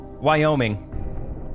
Wyoming